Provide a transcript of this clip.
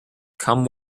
come